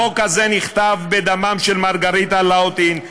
החוק הזה נכתב בדמם של מרגריטה לאוטין,